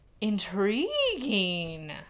Intriguing